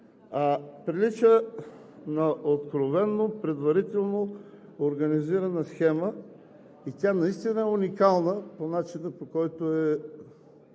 прилича откровено на предварително организирана схема и тя наистина е уникална по начина, по който е